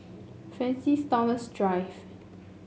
Francis Thomas Drive